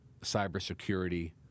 cybersecurity